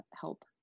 help